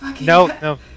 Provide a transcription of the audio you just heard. no